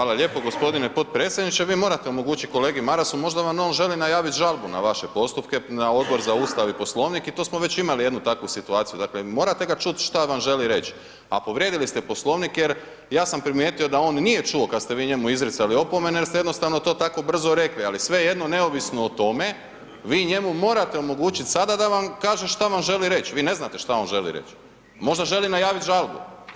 Hvala lijepo g. potpredsjedniče, vi morate omogućiti kolegi Marasu možda vam on želi najaviti žalbu na vaše postupke, na Odbor za ustav i Poslovnik i to smo imali već jednu takvu situaciju, dakle, morate ga čut šta vam želi reć, a povrijedili ste Poslovnik jer ja sam primijetio da on nije čuo kad ste vi njemu izricali opomene jer ste jednostavno to tako brzo rekli, ali svejedno neovisno o tome, vi njemu morate omogućit sada da vam kaže šta vam želi reć, vi ne znate šta on želi reć, možda želi najavit žalbu.